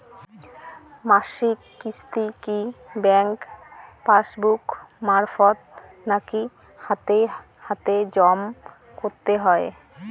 মাসিক কিস্তি কি ব্যাংক পাসবুক মারফত নাকি হাতে হাতেজম করতে হয়?